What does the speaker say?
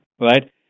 right